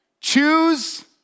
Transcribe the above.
choose